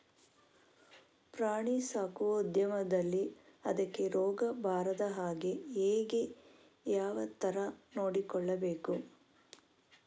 ಪ್ರಾಣಿ ಸಾಕುವ ಉದ್ಯಮದಲ್ಲಿ ಅದಕ್ಕೆ ರೋಗ ಬಾರದ ಹಾಗೆ ಹೇಗೆ ಯಾವ ತರ ನೋಡಿಕೊಳ್ಳಬೇಕು?